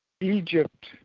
Egypt